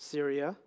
Syria